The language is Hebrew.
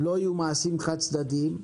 לא יהיו מעשים חד-צדדיים.